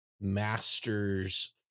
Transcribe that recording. master's